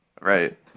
Right